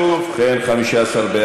ודיסקוטקים), התשע"ז 2017,